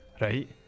right